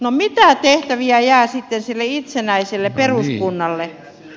no mitä tehtäviä jää sitten sille itsenäiselle peruskunnalle